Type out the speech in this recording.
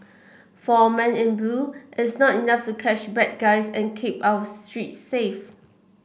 for our men in blue it's not enough to catch bad guys and keep our streets safe